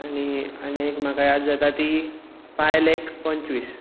आनी आनी एक म्हाका याद जाता ती पायलेक पंचवीस